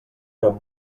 érem